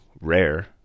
rare